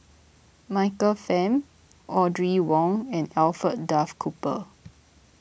Michael Fam Audrey Wong and Alfred Duff Cooper